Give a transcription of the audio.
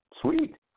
Sweet